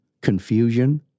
confusion